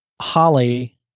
Holly